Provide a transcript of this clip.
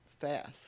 fast